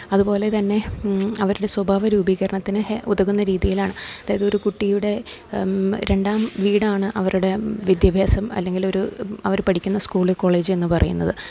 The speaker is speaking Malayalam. അതുപോലെതന്നെ അവരുടെ സ്വഭാവ രൂപീകരണത്തിന് ഉതകുന്ന രീതിയിലാണ് അതായതൊരു കുട്ടിയുടെ രണ്ടാം വീടാണ് അവരുടെ വിദ്യാഭ്യാസം അല്ലെങ്കിലൊരു അവര് പഠിക്കുന്ന സ്കൂള് കോളേജ് എന്നു പറയുന്നത്